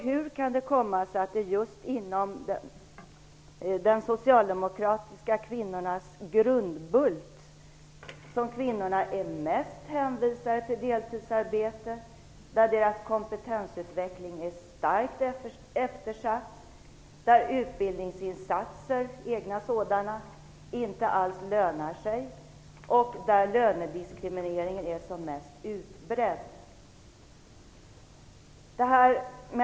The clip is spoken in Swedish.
Hur kan det komma sig att det just är inom den socialdemokratiska grundbulten som kvinnorna är mest hänvisade till deltidsarbete och där deras kompetensutveckling är starkt eftersatt, där egna utbildningsinsatser inte alls lönar sig och där lönediskrimineringen är som mest utbredd?